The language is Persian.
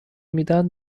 میدن